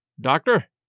Doctor